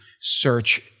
search